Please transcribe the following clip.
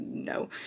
No